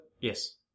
Yes